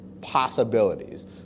possibilities